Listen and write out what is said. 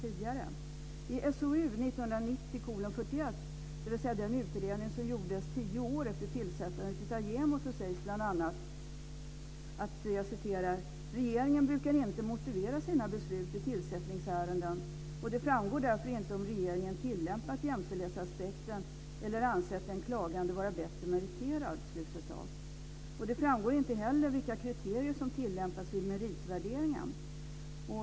I SOU 1990:41, dvs. den utredning som gjordes tio år efter tillsättandet av JämO sägs bl.a.: "Regeringen brukar inte motivera sina beslut i tillsättningsärenden, och det framgår därför inte om regeringen tillämpat jämställdhetsaspekten eller ansett den klagande vara bättre meriterad." Det framgår inte heller vilka kriterier som tillämpas vid meritvärderingen.